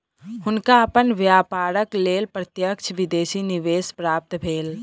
हुनका अपन व्यापारक लेल प्रत्यक्ष विदेशी निवेश प्राप्त भेल